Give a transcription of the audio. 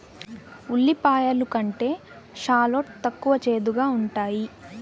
ఉల్లిపాయలు కంటే షాలోట్ తక్కువ చేదుగా ఉంటాయి